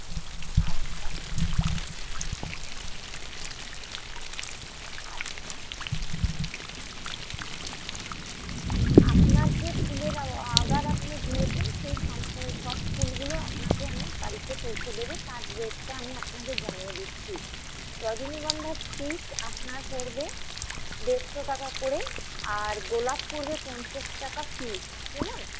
আচ্ছা আচ্ছা আপনার যে ফুলের অর্ডার আপনি দিয়েছেন সেই সব ফুলগুলো আপনাকে আমি বাড়িতে পৌঁছে দেব তার রেটটা আমি আপনাকে জানিয়ে দিচ্ছি রজনীগন্ধার স্টিক আপনার পড়বে দেড়শো টাকা করে আর গোলাপ পড়বে পঞ্চাশ টাকা পিস কেমন